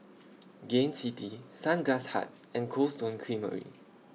Gain City Sunglass Hut and Cold Stone Creamery